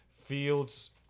Fields